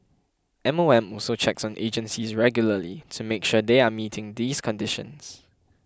M O M also checks on agencies regularly to make sure they are meeting these conditions